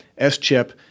SCHIP